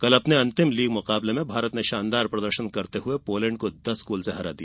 कल अपने अंतिम लीग मैच में भारत ने शानदार प्रदर्शन करते हुए पोलैंड को दस गोल से हरा दिया